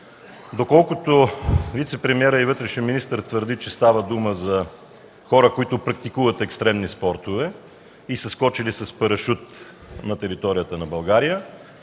доколкото вицепремиерът и вътрешен министър твърди, че става дума за хора, които практикуват екстремни спортове и са скочили с парашут на територията на България,